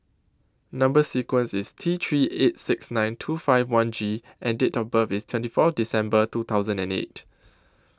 Number sequence IS T three eight six nine two five one G and Date of birth IS twenty four December two thousand and eight